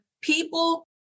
people